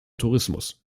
tourismus